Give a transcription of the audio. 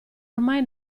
ormai